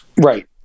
Right